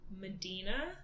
Medina